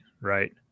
Right